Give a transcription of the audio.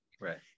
Right